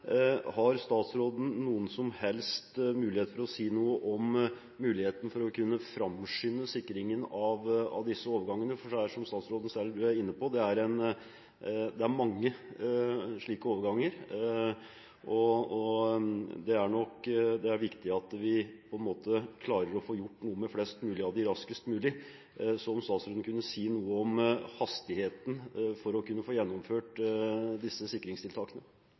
har statsråden noen som helst mulighet for å si noe om muligheten for å kunne framskynde sikringen av disse overgangene? Det er, som statsråden selv er inne på, mange slike overganger, og det er viktig at vi klarer å få gjort noe med flest mulig av dem raskest mulig. Så kunne statsråden si noe om hastigheten når det gjelder å få gjennomført disse sikringstiltakene?